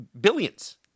Billions